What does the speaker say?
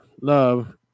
love